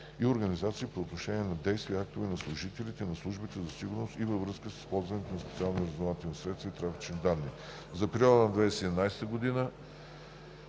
и организации по отношение на действия и актове на служителите на службите за сигурност и във връзка с използването на специалните разузнавателни средства и трафични данни. За периода на 2017 г.